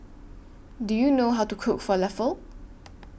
Do YOU know How to Cook Falafel